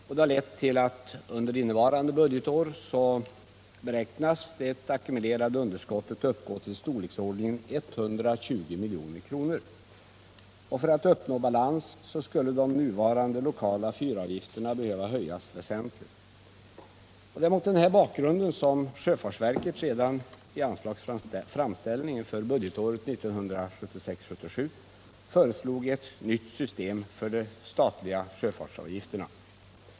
Detta har lett till att under innevarande budgetår beräknas det ackumulerade underskottet uppgå till storleksordningen 120 milj.kr. För att uppnå balans skulle de nuvarande lokala fyravgifterna behöva höjas väsentligt. Det är mot denna bakgrund sjöfartsverket redan i anslagsframställningen för budgetåret 1976/77 föreslog ett nytt system för de statliga sjöfartsavgifterna.